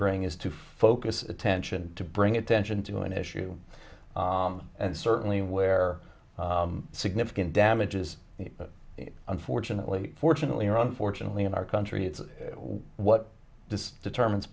bring is to focus attention to bring attention to an issue and certainly where significant damage is unfortunately fortunately or unfortunately in our country it's what this determines